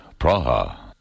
Praha